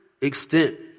extent